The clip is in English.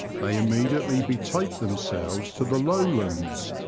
they immediately betake themselves to the lowlands,